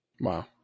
Wow